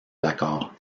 l’accord